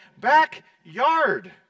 backyard